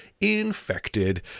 Infected